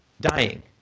dying